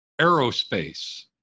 aerospace